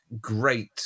great